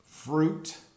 fruit